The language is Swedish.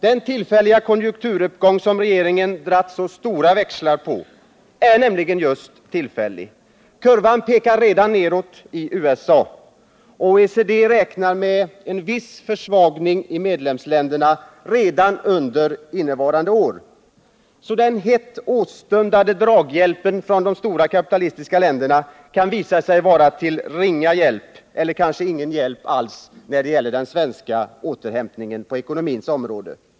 Den tillfälliga konjunkturuppgång som regeringen dragit stora växlar på är nämligen just tillfällig. Kurvan pekar nedåt i USA. Och OECD räknar med ”en viss försvagning” i medlemsländerna redan under det här året. Den hett åstundade draghjälpen från de stora kapitalistiska länderna kan därför visa sig vara till ringa eller kanske ingen hjälp för den svenska återhämtningen på ekonomins område.